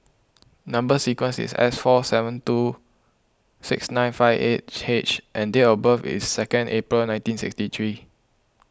Number Sequence is S four seven two six nine five eight H and date of birth is second April nineteen sixty three